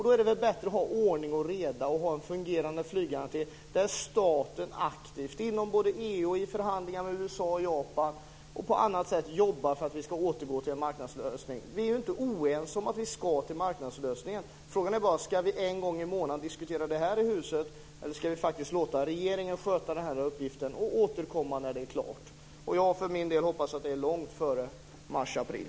Då är det väl bättre att ha ordning och reda och ha en fungerande flyggaranti där staten aktivt inom både EU och i förhandlingar med USA och Japan och på annat sätt jobbar för att vi ska återgå till en marknadslösning. Vi är ju inte oense om att vi ska ha en marknadslösning. Frågan är bara om vi en gång i månaden ska diskutera det här i huset eller om vi faktiskt ska låta regeringen sköta denna uppgift och återkomma när det är klart. Jag för min del hoppas att det är långt före mars-april.